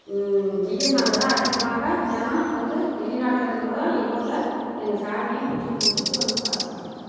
வெயில் நாளில் தான் அதிகமாக ஜனம் வந்து வெளிநாட்டில் இருந்து கூடம் எங்கூரில் எங்கள் சாமியை பிடிச்சிக்குதுனு சொல்லிவிட்டு வந்து பார்க்குறாங்க